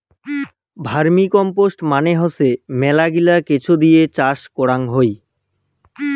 vermicompost মানে হসে মেলাগিলা কেঁচো দিয়ে চাষ করাং হই